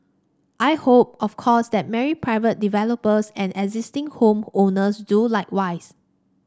I hope of course that many private developers and existing home owners do likewise